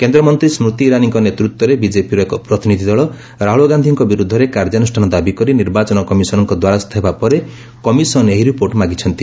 କେନ୍ଦ୍ରମନ୍ତ୍ରୀ ସ୍କୃତି ଇରାନୀଙ୍କ ନେତୃତବରେ ବିଜେପିର ଏକ ପ୍ରତିନିଧି ଦଳ ରାହୁଳ ଗାନ୍ଧୀଙ୍କ ବିରୁଦ୍ଧରେ କାର୍ଯ୍ୟାନୁଷ୍ଠାନ ଦାବି କରି ନିର୍ବାଚନ କମିଶନଙ୍କ ଦ୍ୱାରସ୍ଥ ହେବା ପରେ କମିଶନ ଏହି ରିପୋର୍ଟ ମାଗିଛନ୍ତି